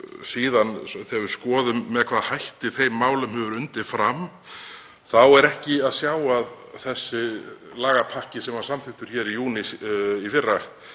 Þegar við skoðum með hvaða hætti þessum málum hefur undið fram þá er ekki að sjá að þessi lagapakki sem var samþykktur í júní í fyrra